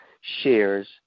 shares